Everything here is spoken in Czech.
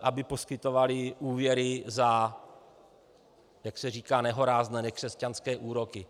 aby poskytovali úvěry za, jak se říká, nehorázné, nekřesťanské úroky?